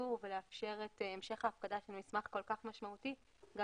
לציבור ולאפשר את המשך הפקדת מסמך כל כך משמעותי גם